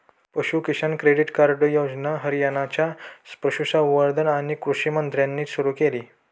पशु किसान credit card योजना हरियाणाच्या पशुसंवर्धन आणि कृषी मंत्र्यांनी सुरू केली